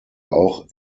auch